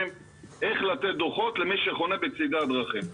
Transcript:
על איך לתת דוחות למי שחונה בצדי הדרכים.